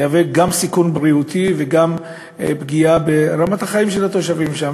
תהווה גם סיכון בריאותי וגם פגיעה ברמת החיים של התושבים שם.